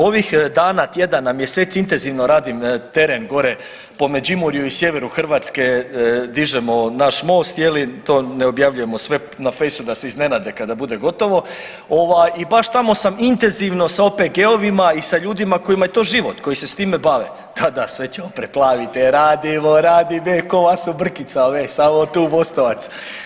Ovih dana, tjedana, mjeseci intenzivno radim teren gore po Međimurju i sjeveru Hrvatske, dižemo naš Most je li, to ne objavljujemo sve na fejsu da se iznenade kada bude gotovo ovaj i baš tamo sam intenzivno sa OPG-ovima i sa ljudima kojima je to život, koji se s time bave, da, da, sve ćemo preplavit, radimo, radimo … [[Govornik se ne razumije]] samo tu Mostovac.